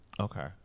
okay